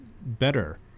better